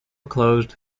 closed